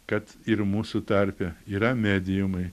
kad ir mūsų tarpe yra mediumai